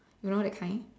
you know that kind